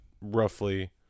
roughly